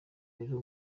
rero